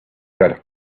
that